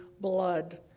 blood